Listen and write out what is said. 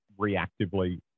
reactively